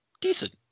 decent